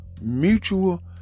mutual